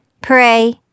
pray